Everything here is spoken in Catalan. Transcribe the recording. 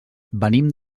venim